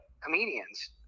comedians